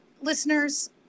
listeners